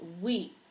week